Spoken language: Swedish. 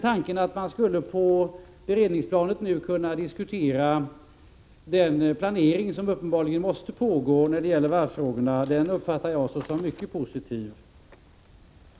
Tanken att man på beredningsplanet nu skulle kunna diskutera den planering som uppenbarligen måste pågå när det gäller varvsfrågorna uppfattar jag såsom mycket positiv.